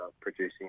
producing